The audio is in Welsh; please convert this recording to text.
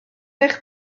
eich